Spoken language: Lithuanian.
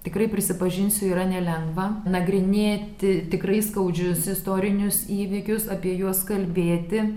tikrai prisipažinsiu yra nelengva nagrinėti tikrai skaudžius istorinius įvykius apie juos kalbėti